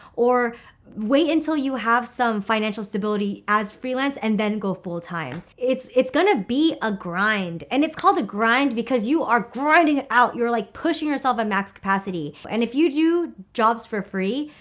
or wait until you have some financial stability as freelance and then go full time. it's it's going to be a grind and it's called a grind because you are grinding it out you're like pushing yourself at max capacity. and if you do jobs for free,